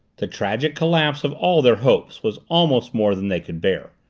the tragic collapse of all their hopes was almost more than they could bear.